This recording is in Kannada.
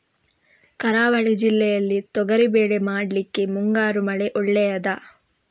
ಕರಾವಳಿ ಜಿಲ್ಲೆಯಲ್ಲಿ ತೊಗರಿಬೇಳೆ ಮಾಡ್ಲಿಕ್ಕೆ ಮುಂಗಾರು ಮಳೆ ಒಳ್ಳೆಯದ?